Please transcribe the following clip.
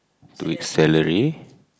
two weeks salary